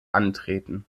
antreten